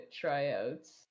tryouts